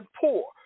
poor